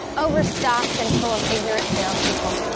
overstocked and full of ignorant salespeople.